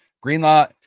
Greenlaw